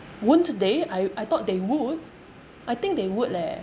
won't they I I thought they would I think they would leh